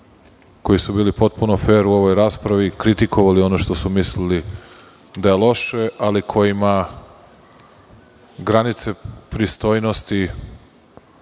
koji su bili potpuno fer u ovoj raspravi, kritikovali ono što su mislili da je loše, ali kojima granice pristojnosti